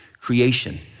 Creation